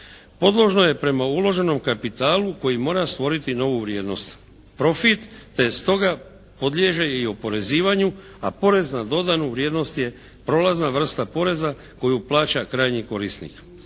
podložna je prema uloženom kapitalu koji mora stvoriti novu vrijednost, profit te stoga podliježe i oporezivanju a porez na dodanu vrijednost je prolazna vrsta poreza koju plaća krajnji korisnik